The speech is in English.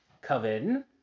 Coven